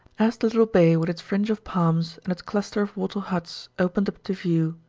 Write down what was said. as the little bay with its fringe of palms and its cluster of wattle huts opened up to view,